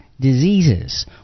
diseases